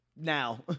now